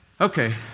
Okay